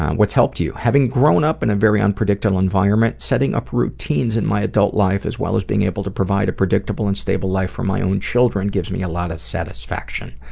what's helped you? having grown up in a very unpredictable environment, setting up routines in my adult life as well as being able to provide a predictable and stable life for my own children gives me a lot of satisfaction.